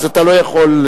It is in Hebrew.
אתה לא יכול,